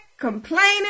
complaining